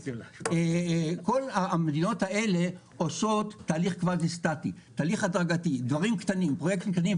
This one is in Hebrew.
כל המדינות האלה עושות תהליך הדרגתית פרויקטים קטנים.